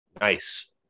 nice